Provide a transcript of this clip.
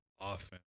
often